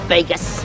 Vegas